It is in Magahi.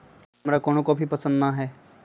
हमरा कोनो कॉफी पसंदे न हए